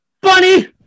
Bunny